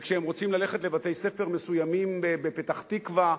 וכשהם רוצים ללכת לבתי-ספר מסוימים בפתח-תקווה,